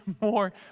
more